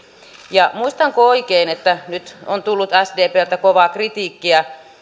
ja muistanko oikein että nyt on tullut sdpltä kovaa kritiikkiä